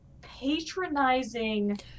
patronizing